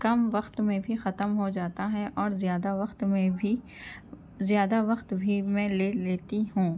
کم وقت میں بھی ختم ہوجاتا ہے اور زیادہ وقت میں بھی زیادہ وقت بھی میں لے لیتی ہوں